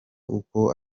uko